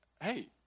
hey